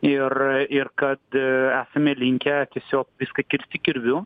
ir ir kad esame linkę tiesiog viską kirsti kirviu